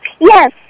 Yes